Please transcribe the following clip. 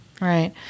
Right